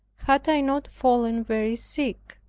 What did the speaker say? had i not fallen very sick.